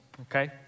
okay